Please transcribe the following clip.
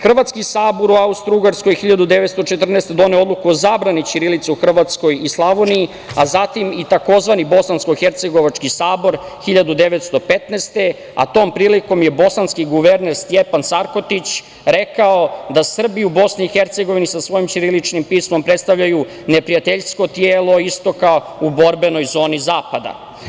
Hrvatski sabor u Austrougarskoj 1914. godine doneo je odluku o zabrani ćirilice u Hrvatskoj i Slavoniji, a zatim i tzv. Bosansko-hercegovački sabor 1915. godine, a tom prilikom je bosanski guverner Stjepan Sarkotić rekao da Srbi u Bosni i Hercegovini sa svojim ćiriličnim pismom predstavljaju neprijateljsko tijelo istoka u borbenoj zoni zapada.